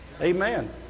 Amen